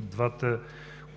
двете